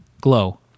glow